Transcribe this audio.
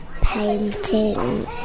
painting